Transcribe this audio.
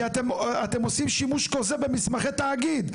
כי אתם עושים שימוש כוזב במסמכי תאגיד.